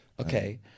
Okay